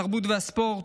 התרבות והספורט,